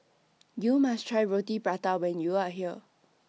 YOU must Try Roti Prata when YOU Are here